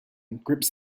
grips